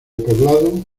poblado